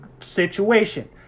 situation